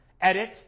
edit